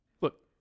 Look